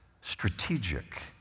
strategic